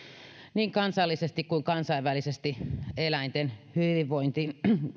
niin kansallisesti kuin kansainvälisesti eläinten hyvinvointiin